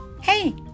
Hey